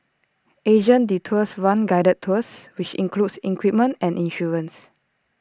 Asian Detours runs guided tours which includes equipment and insurance